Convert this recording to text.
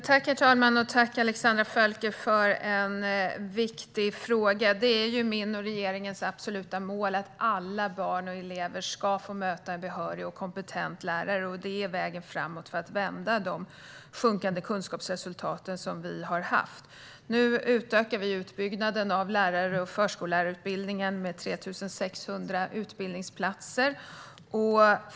Herr talman! Tack, Alexandra Völker, för en viktig fråga! Det är min och regeringens absoluta mål att alla barn och elever ska få möta en behörig och kompetent lärare. Det är vägen framåt för att vända de sjunkande kunskapsresultat som vi har haft. Nu utökar vi utbyggnaden av lärar och förskollärarutbildningen med 3 600 utbildningsplatser.